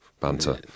Banter